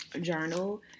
journal